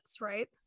right